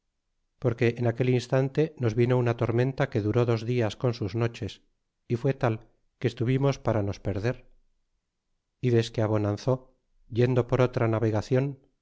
porque en aquel instante nos vino una tormenta que duró dos dias con sus noches y fué tal que estuvimos para nos perder y desque abonanzó yendo por otra navegacion